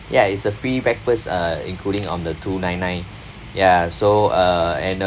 ya it's a free breakfast uh including on the two nine nine ya so uh and a